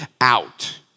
out